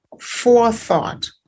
forethought